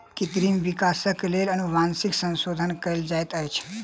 कृत्रिम विकासक लेल अनुवांशिक संशोधन कयल जाइत अछि